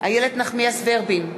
איילת נחמיאס ורבין,